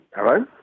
Hello